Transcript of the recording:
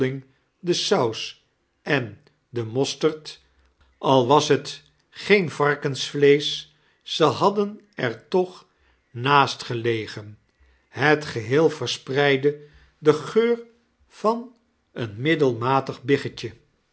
de saus en de mostaard al was het geen varkensvleeseh ze hadden er toch naast gelegen het geheel rerspreidde den geur van een middelmatig biggetje